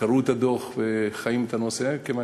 קראו את הדוח וחיים את הנושא, כיוון